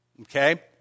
okay